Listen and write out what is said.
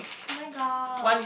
where got